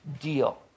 deal